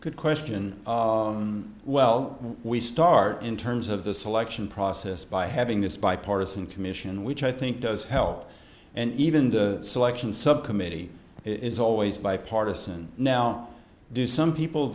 good question well we start in terms of the selection process by having this bipartisan commission which i think does help and even the selection subcommittee is always bipartisan now do some people